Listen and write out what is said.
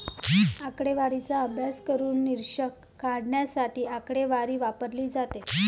आकडेवारीचा अभ्यास करून निष्कर्ष काढण्यासाठी आकडेवारी वापरली जाते